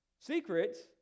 Secrets